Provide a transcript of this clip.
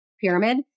pyramid